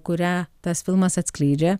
kurią tas filmas atskleidžia